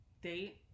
date